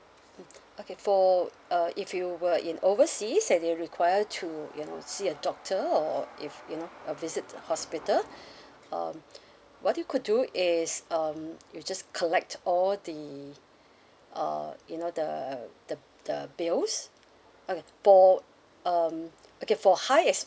mm okay for uh if you were in overseas and you require to you know see a doctor or or if you know a visit to the hospital um what you could do is um you just collect all the uh you know the the the bills okay for um okay for high as